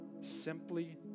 simply